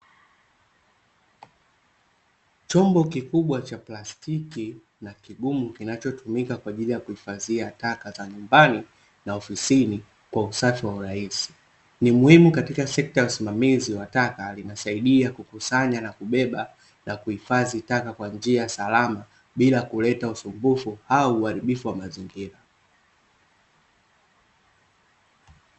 Chombo kikubwa cha plastiki na kigumu, kinachotumika kwa ajili ya kuhifadhia taka za nyumbani na ofisini kwa usafi wa urahisi. Ni muhimu katika sekta ya usimamizi wa taka kusaidia kukusanya, kubeba na kuhifadhi taka bila kuleta usumbufu au uharibifu wa mazingira.